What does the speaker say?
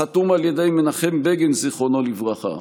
החתום בידי מנחם בגין, זיכרונו לברכה,